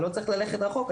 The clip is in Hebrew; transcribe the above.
לא צריך ללכת רחוק,